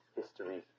history